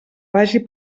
vagi